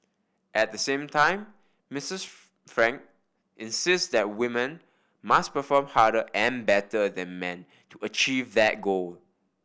at the same time Mistress Frank insists that women must perform harder and better than men to achieve that goal